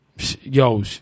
yo